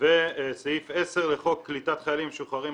סעיף 10 לחוק קליטת חיילים משוחררים,